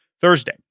Thursday